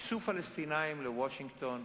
ייסעו פלסטינים לוושינגטון,